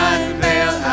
Unveil